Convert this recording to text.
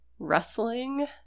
rustling